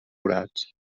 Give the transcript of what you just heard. forats